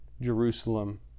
Jerusalem